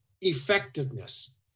effectiveness